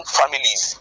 families